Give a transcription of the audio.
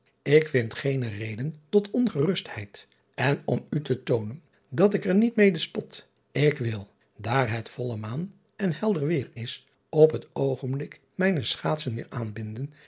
k vind geene reden tot ongerustheid n om u te toonen dat ik er niet mede spot ik wil daar het volle maan en helder weêr is op het oogenblik mijne schaatsen weêr aanbinden